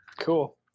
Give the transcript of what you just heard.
Cool